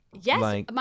Yes